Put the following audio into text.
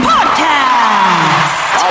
Podcast